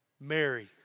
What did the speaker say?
Mary